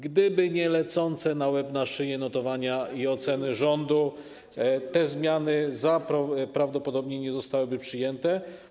Gdyby nie lecące na łeb na szyję notowania i oceny rządu, te zmiany prawdopodobnie nie zostałyby przyjęte.